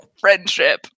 friendship